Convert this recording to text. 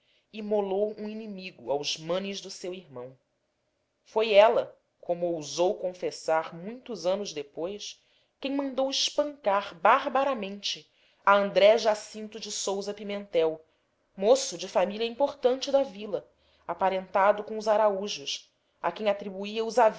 imolou um inimigo aos manes do seu irmão foi ela como ousou confessar muitos anos depois quem mandou espancar barbaramente a andré jacinto de sousa pimentel moço de família importante da vila aparentado com os araújos a quem atribuía